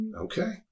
Okay